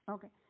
Okay